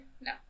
No